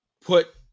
put